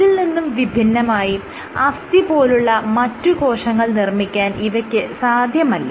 ഇതിൽ നിന്നും വിഭിന്നമായി അസ്ഥി പോലുള്ള മറ്റ് കോശങ്ങൾ നിർമ്മിക്കാൻ ഇവയ്ക്ക് സാധ്യമല്ല